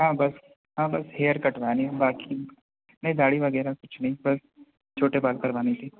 हाँ बस हाँ बस हेयर कटवानी है बाकी नहीं दाढ़ी वगैरह कुछ नहीं बस छोटे बाल करवाने थे